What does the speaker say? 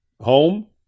home